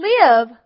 live